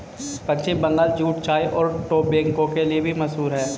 पश्चिम Bengal jute चाय और tobacco के लिए भी मशहूर है